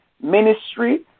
ministry